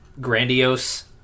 grandiose